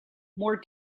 more